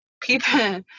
People